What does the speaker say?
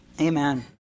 Amen